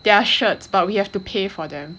there're shirts but we have to pay for them